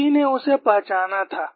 उसी ने उसे पहचाना था